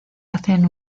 hacen